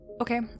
Okay